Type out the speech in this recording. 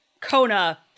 Kona